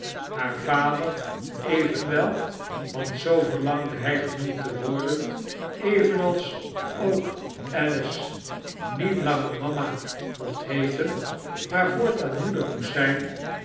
haar vader evenwel want zoo verlangde hy genoemd te worden evenals ook alice niet langer mama mocht heeten maar voortaan moeder moest zijn